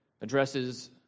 addresses